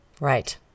Right